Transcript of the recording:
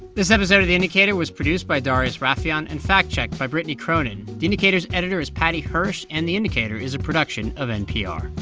this episode of the indicator was produced by darius rafieyan and fact-checked by brittany cronin. the indicator's editor is paddy hirsch, and the indicator is a production of npr